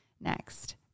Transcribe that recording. Next